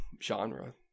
genre